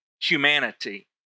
humanity